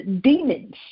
demons